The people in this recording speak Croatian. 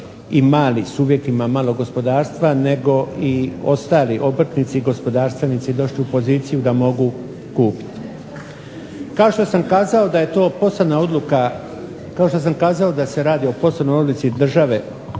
i mali subjektima, malog gospodarstva nego i ostali obrtnici i gospodarstvenici došli u poziciju da mogu kupiti. Kao što sam kazao da je to posebna odluka, kao što sam kazao da se radi o posebnoj odluci države